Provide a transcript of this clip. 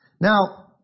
now